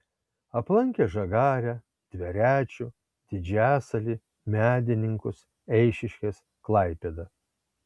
aplankė žagarę tverečių didžiasalį medininkus eišiškes klaipėdą